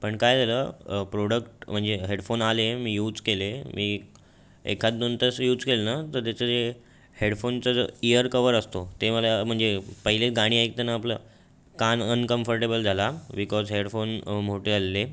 पण काय झालं प्रोडक्ट म्हणजे हेडफोन आले मी युज केले मी एखाद दोन तास युज केले ना तर तेचं जे हेडफोनचं जे इअर कवर असतो ते मला म्हणजे पहिले गाणी ऐकताना आपलं कान अनकंफर्टेबल झाला बिकॉज हेडफोन मोठे झालेले